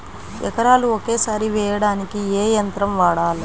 ఎకరాలు ఒకేసారి వేయడానికి ఏ యంత్రం వాడాలి?